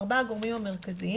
ארבעה הגורמים המרכזיים